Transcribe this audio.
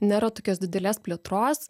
nėra tokios didelės plėtros